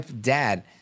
dad